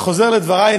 ואני חוזר לדברי.